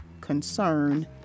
concern